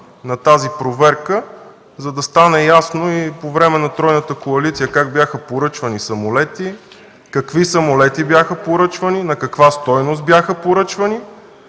на тази проверка, за да стане ясно по време на тройната коалиция как бяха поръчвани самолети, какви самолети бяха поръчвани, на каква стойност бяха поръчвани